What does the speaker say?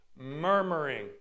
murmuring